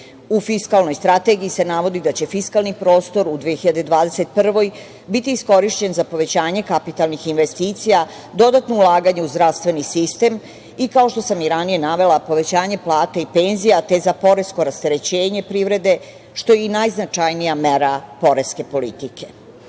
fiskalnoj strategiji se navodi da će fiskalni prostor u 2021. godini biti iskorišćen za povećanje kapitalnih investicija, dodatna ulaganja u zdravstveni sistem, i kao što sam i ranije navela povećanje plata i penzija, za poresko rasterećenje privrede, što je najznačajnija mera poreske politike. Sve